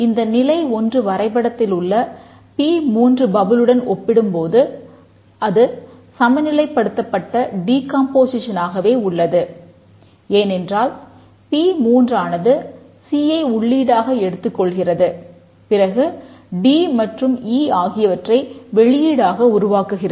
இந்த பி3 ஆகியவற்றை வெளியீடாக உருவாக்குகிறது